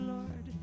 Lord